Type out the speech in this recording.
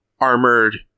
armored